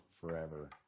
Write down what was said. forever